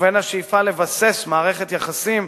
ובין השאיפה לבסס מערכת יחסים